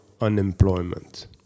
unemployment